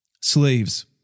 Slaves